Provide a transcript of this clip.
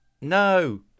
No